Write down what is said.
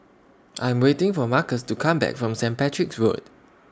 I'm waiting For Marcos to Come Back from Saint Patrick's Road